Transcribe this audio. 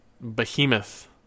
behemoth